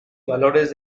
valores